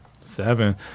Seven